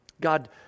God